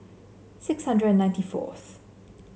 six hundred and ninety fourth